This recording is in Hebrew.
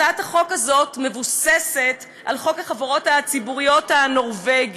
הצעת חוק זו מבוססת על חוק החברות הציבוריות הנורבגי,